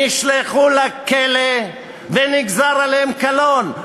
נשלחו לכלא ונגזר עליהם קלון,